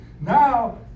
now